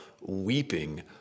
weeping